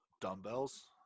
dumbbells